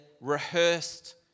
rehearsed